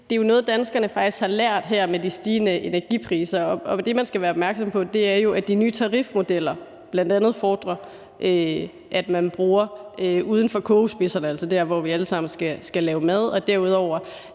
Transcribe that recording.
det jo er noget, danskerne faktisk har lært her med de stigende energipriser. Og det, man skal være opmærksom på, er, at de nye tarifmodeller bl.a. fordrer, at man bruger el uden for kogespidsen – altså der, hvor vi alle sammen skal lave mad – og